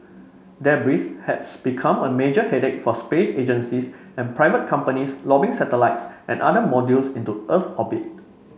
debris has become a major headache for space agencies and private companies lobbing satellites and other modules into Earth orbit